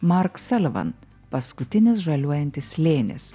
mark selivan paskutinis žaliuojantis slėnis